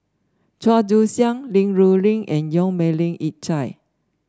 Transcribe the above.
Chua Joon Siang Li Rulin and Yong Melvin Yik Chye